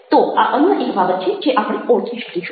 તો આ અન્ય એક બાબત છે જે આપણે ઓળખી શકીશું